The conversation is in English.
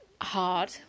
hard